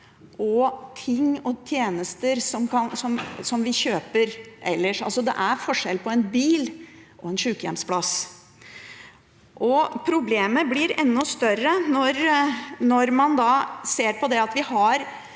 og ting og tjenester som vi kjøper ellers. Det er forskjell på en bil og en sjukehjemsplass. Problemet blir enda større når man ser at vi